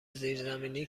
زیرزمینی